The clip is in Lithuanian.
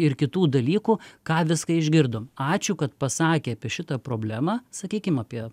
ir kitų dalykų ką viską išgirdom ačiū kad pasakė apie šitą problemą sakykim apie